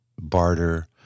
barter